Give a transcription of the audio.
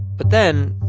but then,